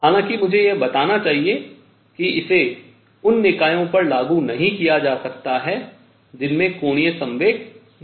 हालाँकि मुझे यह बताना चाहिए कि इसे उन निकायों पर लागू नहीं किया जा सकता है जिनमें कोणीय संवेग नहीं होता है